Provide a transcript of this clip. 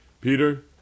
Peter